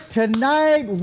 tonight